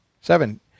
Seven